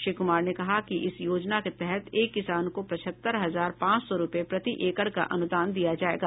श्री कुमार ने कहा कि इस योजना के तहत एक किसान को पचहत्तर हजार पांच सौ रूपये प्रति एकड़ का अनुदान दिया जाएगा